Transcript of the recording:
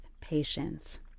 patience